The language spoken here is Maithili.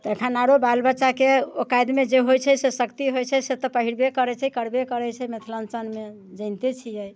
तखन आरो बाल बच्चाके ओकातमे जे होइत छै जे शक्ति होइत छै से तऽ पहिरबै करैत छै करबैत करैत छै मिथिलाञ्चलमे जनिते छियै